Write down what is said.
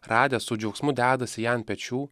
radęs su džiaugsmu dedasi ją ant pečių